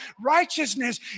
Righteousness